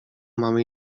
mamy